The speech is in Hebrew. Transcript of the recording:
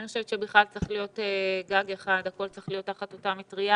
אני חושבת שצריך להיות גג אחד והכול צריך להיות תחת אותה מטריה.